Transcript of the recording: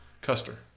Custer